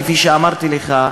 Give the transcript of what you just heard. כפי שאמרתי לך,